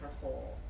Hole